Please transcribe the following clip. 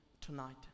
tonight